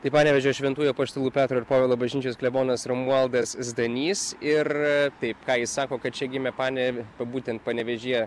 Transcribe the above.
tai panevėžio šventųjų apaštalų petro ir povilo bažnyčios klebonas romualdas zdanys ir taip ką jis sako kad čia gimė pane būtent panevėžyje